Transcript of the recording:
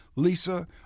Lisa